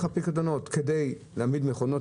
הפיקדונות כדי להתקין יותר מכונות,